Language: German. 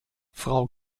frau